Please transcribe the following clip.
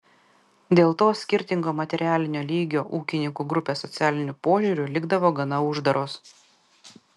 dėl to skirtingo materialinio lygio ūkininkų grupės socialiniu požiūriu likdavo gana uždaros